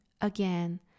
again